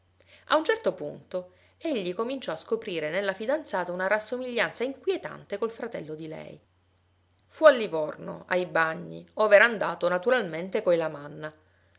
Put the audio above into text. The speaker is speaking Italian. a un certo punto egli cominciò a scoprire nella fidanzata una rassomiglianza inquietante col fratello di lei fu a livorno ai bagni ov'era andato naturalmente coi lamanna